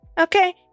okay